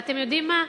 ואתם יודעים מה,